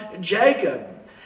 Jacob